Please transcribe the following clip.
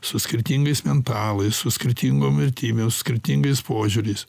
su skirtingais mentalais su skirtingom vertybėm skirtingais požiūriais